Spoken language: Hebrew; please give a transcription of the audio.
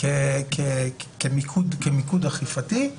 כמיקוד אכיפתי,